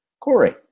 Corey